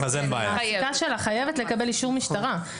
המעסיקה שלה חייבת לקבל אישור משטרה.